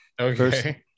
okay